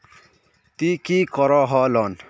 ती की करोहो लोन?